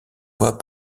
fois